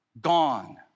gone